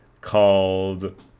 called